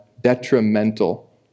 detrimental